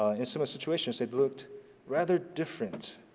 ah in some situations they looked rather different.